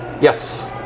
Yes